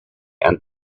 and